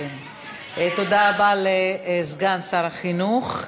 תודה רבה לסגן שר החינוך.